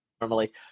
normally